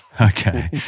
Okay